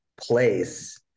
place